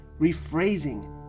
rephrasing